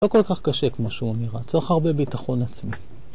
לא כל כך קשה כמו שהוא נראה, צריך הרבה ביטחון עצמי.